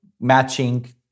matching